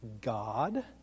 God